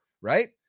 right